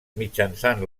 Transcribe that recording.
mitjançant